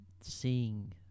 seeing